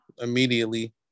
immediately